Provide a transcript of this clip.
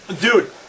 dude